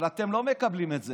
אבל אתם לא מקבלים את זה,